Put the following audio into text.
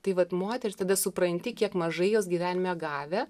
tai vat moterys tada supranti kiek mažai jos gyvenime gavę